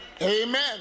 Amen